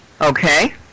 Okay